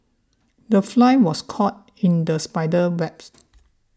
the fly was caught in the spider's webs